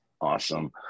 Awesome